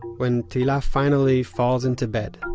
when tehila finally falls into bed,